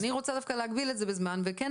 אני רוצה דווקא כן להגביל את זה בזמן וכן